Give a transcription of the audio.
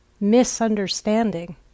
misunderstanding